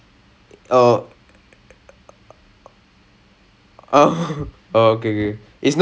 you need to understand outdoor to understand indoor otherwise it is is like